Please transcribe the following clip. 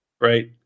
right